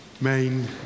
main